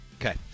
Okay